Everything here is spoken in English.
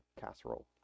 casserole